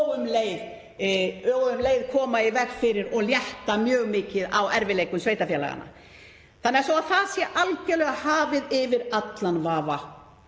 og um leið koma í veg fyrir og létta mjög mikið á erfiðleikum sveitarfélaganna. Svo að það sé algerlega hafið yfir allan vafa